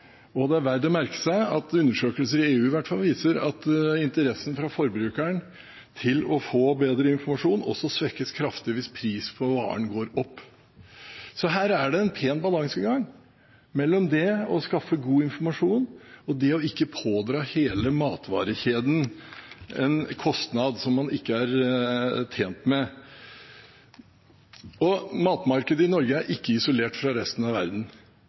Og det er verdt å merke seg at undersøkelser, i hvert fall i EU, viser at interessen fra forbrukeren for å få bedre informasjon også svekkes kraftig hvis prisen på varen går opp. Så her er det en pen balansegang mellom det å skaffe god informasjon og det ikke å pådra hele matvarekjeden en kostnad som man ikke er tjent med. Matmarkedet i Norge er heller ikke isolert fra resten av verden.